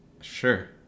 Sure